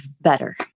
better